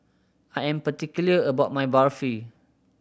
I am particular about my Barfi